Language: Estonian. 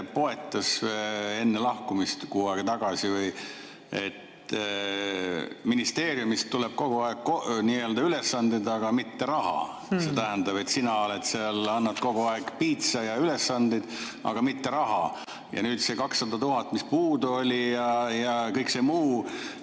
poetas enne lahkumist kuu aega tagasi, et ministeeriumist tuleb kogu aeg ülesandeid, aga mitte raha. See tähendab, et sina oled seal, annad kogu aeg piitsa ja ülesandeid, aga mitte raha. Nüüd see 200 000, mis puudu oli, ja kõik see muu